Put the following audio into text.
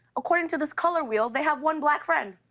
according to this color wheel, they have one black friend.